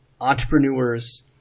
entrepreneurs